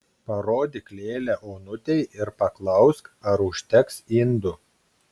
parodyk lėlę onutei ir paklausk ar užteks indų